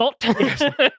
thought